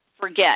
forget